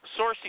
sourcing